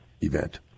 event